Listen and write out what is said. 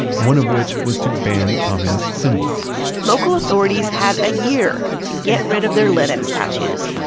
one of which was to ban communist symbols local authorities had a year to get rid of their lenin statues.